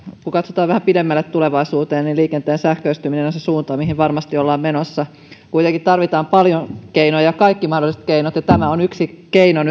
kun katsotaan vähän pidemmälle tulevaisuuteen niin liikenteen sähköistyminen on se suunta mihin varmasti ollaan menossa kuitenkin tarvitaan paljon keinoja kaikki mahdolliset keinot ja tämä on yksi keino